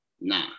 Nah